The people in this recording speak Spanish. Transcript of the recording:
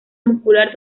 muscular